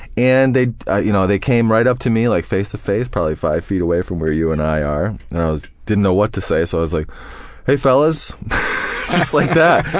and they you know they came right up to me, like face to face, probably five feet away from where you and i are, and i didn't know what to say so i was like hey fellas just like that.